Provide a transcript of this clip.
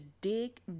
dig